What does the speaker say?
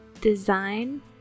design